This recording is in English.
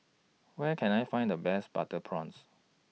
Where Can I Find The Best Butter Prawns